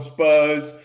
Spurs